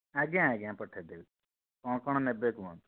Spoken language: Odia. ଆଜ୍ଞା ଆଜ୍ଞା ପଠାଇଦେବି କ'ଣ କ'ଣ ନେବେ କୁହନ୍ତୁ